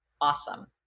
awesome